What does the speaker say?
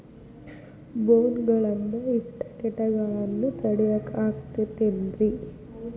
ಬೋನ್ ಗಳನ್ನ ಇಟ್ಟ ಕೇಟಗಳನ್ನು ತಡಿಯಾಕ್ ಆಕ್ಕೇತೇನ್ರಿ?